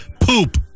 Poop